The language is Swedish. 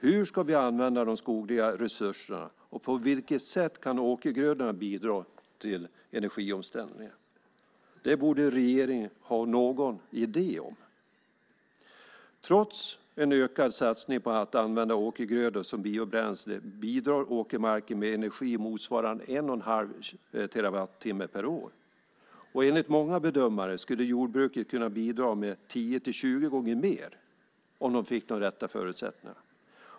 Hur ska vi använda de skogliga resurserna, och på vilket sätt kan åkergrödorna bidra till energiomställningen? Det borde regeringen ha någon idé om. Trots en ökad satsning på att använda åkergrödor som biobränsle bidrar åkermarken endast med energi motsvarande 1 1⁄2 terawattimme per år. Enligt många bedömare skulle jordbruket kunna bidra med 10-20 gånger mer om det fick de rätta förutsättningarna.